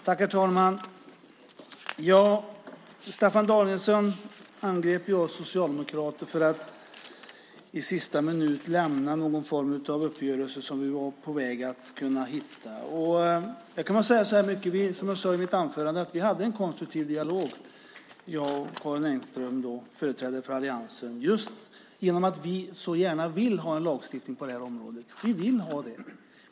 Herr talman! Staffan Danielsson angrep oss socialdemokrater för att vi i sista minuten lämnat en uppgörelse som vi var på väg att komma fram till. Som jag sade i mitt anförande hade jag och Karin Enström, som företrädare för alliansen, en konstruktiv dialog eftersom vi gärna vill ha en lagstiftning på det här området. Det vill vi ha.